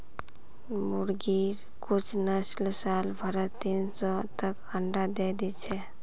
मुर्गिर कुछ नस्ल साल भरत तीन सौ तक अंडा दे दी छे